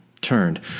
turned